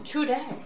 Today